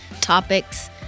topics